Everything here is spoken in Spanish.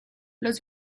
los